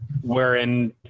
wherein